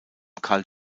carl